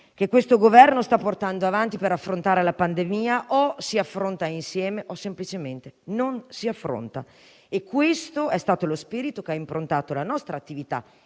che questo Governo sta portando avanti per affrontare la pandemia o si affronta insieme o semplicemente non si affronta. Questo è stato lo spirito che ha improntato la nostra attività